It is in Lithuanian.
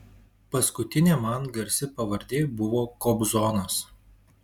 paskutinė man garsi pavardė buvo kobzonas